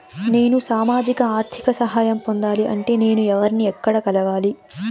నేను సామాజిక ఆర్థిక సహాయం పొందాలి అంటే నేను ఎవర్ని ఎక్కడ కలవాలి?